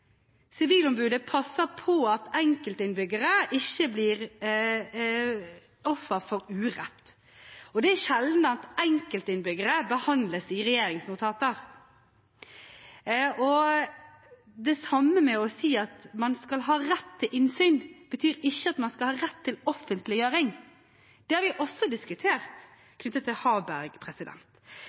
Sivilombudet passer på at enkeltinnbyggere ikke blir ofre for urett. Og det er sjelden at enkeltinnbyggere behandles i regjeringsnotater. Å si at man skal ha rett til innsyn, betyr ikke det samme som at man skal ha rett til offentliggjøring. Det har man også diskutert